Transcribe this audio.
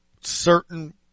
certain